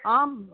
आम्